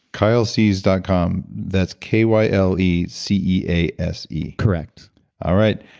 kylecease dot com. that's k y l e c e a s e correct all right.